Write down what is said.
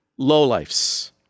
lowlifes